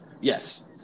yes